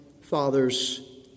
father's